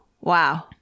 wow